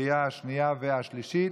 לקריאה השנייה והשלישית.